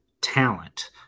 talent